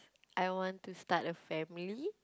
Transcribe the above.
I want to start a family